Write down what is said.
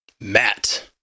Matt